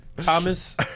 Thomas